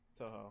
Toho